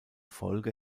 folge